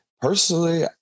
personally